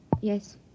Yes